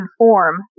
inform